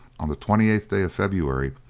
on the twenty eighth day of february,